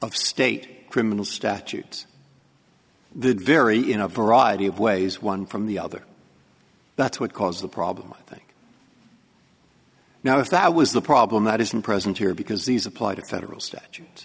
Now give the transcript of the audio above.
of state criminal statutes the very in a variety of ways one from the other that's what caused the problem i think now if that was the problem that isn't present here because these apply to federal statute